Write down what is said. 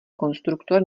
konstruktor